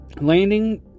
landing